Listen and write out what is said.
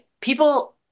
people